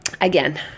again